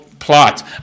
Plot